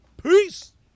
peace